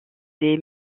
des